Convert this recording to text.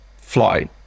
fly